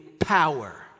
power